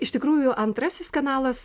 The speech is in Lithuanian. iš tikrųjų antrasis kanalas